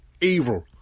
evil